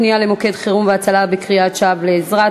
פנייה למוקד חירום והצלה בקריאת שווא לעזרה),